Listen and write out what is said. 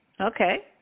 Okay